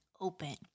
open